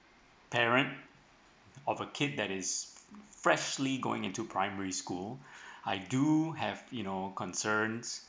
parent of a kid that is freshly going into primary school I do have you know concern